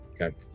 Okay